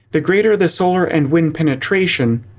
the greater the solar and wind penetration,